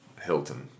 Hilton